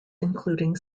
including